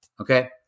Okay